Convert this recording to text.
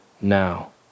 now